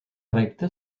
recta